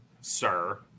sir